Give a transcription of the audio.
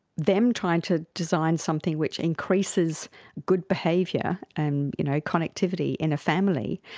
them trying to design something which increases good behaviour and you know connectivity in a family,